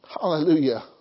Hallelujah